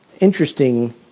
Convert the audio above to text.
Interesting